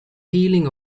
healing